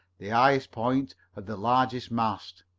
the highest point of the largest mast.